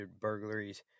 burglaries